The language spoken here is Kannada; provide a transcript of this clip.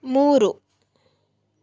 ಮೂರು